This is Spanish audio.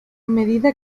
medida